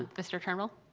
ah mr. turnbull?